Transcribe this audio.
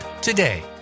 today